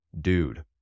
dude